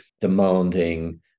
demanding